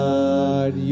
God